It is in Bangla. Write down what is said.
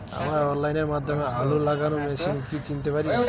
আমরা অনলাইনের মাধ্যমে আলু লাগানো মেশিন কি কিনতে পারি?